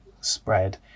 spread